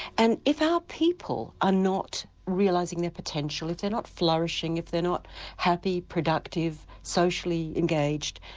and if our people are not realising their potential, if they are not flourishing, if they're not happy, productive, socially engaged,